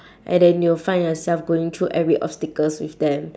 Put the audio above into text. and then you'll find yourself going through every obstacles with them